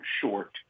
short